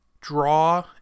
draw